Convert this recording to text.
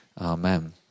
Amen